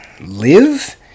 live